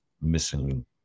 missing